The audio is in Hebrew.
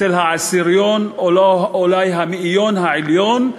אצל העשירון או אולי המאיון העליון,